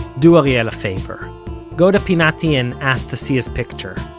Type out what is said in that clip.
do ariel a favor go to pinati and ask to see his picture.